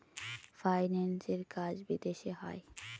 ফাইন্যান্সের কাজ বিদেশে হয়